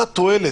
מה התועלת?